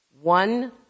One